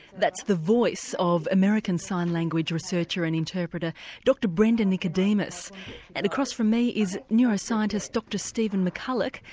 that's the voice of american sign language researcher and interpreter dr brenda nicodemus and across from me is neuroscientist dr stephen mccullough,